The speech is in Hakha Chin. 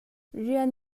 rian